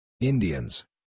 Indians